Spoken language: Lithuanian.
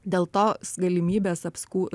dėl tos galimybės apskų